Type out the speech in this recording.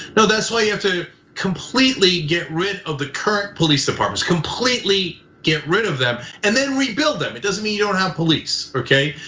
no, that's why you have to completely get rid of the current police departments, completely get rid of them, and then rebuild them. it doesn't mean you don't have police, okay?